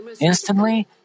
Instantly